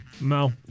No